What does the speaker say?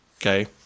Okay